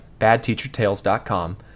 badteachertales.com